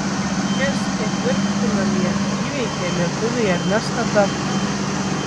šis ketvirtfinalyje įveikė lietuvį ernestą dapkų